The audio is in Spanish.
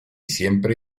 siempre